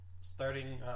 starting